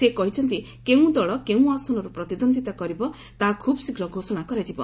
ସେ କହିଛନ୍ତି କେଉଁ ଦଳ କେଉଁ ଆସନରୁ ପ୍ରତିଦ୍ୱନ୍ଦିତା କରିବ ତାହା ଖୁବ୍ଶୀଘ୍ର ଘୋଷଣା କରାଯିବ